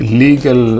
legal